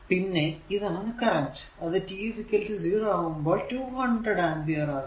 പിന്നെ ഇതാണ് കറന്റ് അത് t 0 ആകുമ്പോൾ 200 അമ്പിയർ ആകുന്നു